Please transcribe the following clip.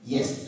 Yes